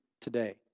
today